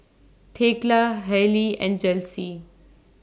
Thekla Hailie and Chelsi